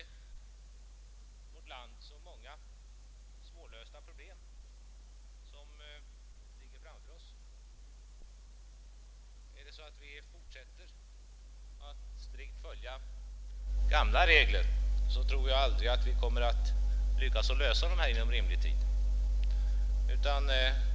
I vårt land har vi många svårlösta problem framför oss. Om vi fortsätter att strikt följa gamla regler, tror jag att vi aldrig kommer att lyckas lösa dem inom rimlig tid.